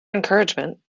encouragement